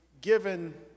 given